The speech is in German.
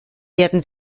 werden